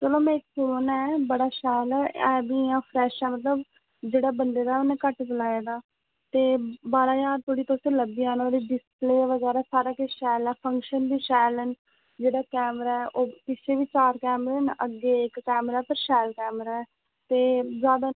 चलो मेरे कोल ऐ बड़ा शैल ऐ बी इ'यां फ्रैश मतलब जेह्ड़े बंदे दा उन्ने घट्ट चलाए दा ते बारां ज्हार तक्क तुसेंगी लब्भी जाना डिस्प्ले बगैरा सारा किश शैल ऐ फंक्शन बी शैल न जेड़ा कैमरा पिच्छे बी चार कैमरे न अग्गै बी इक कैमरा ते शैल कैमरा ऐ ते ज्यादा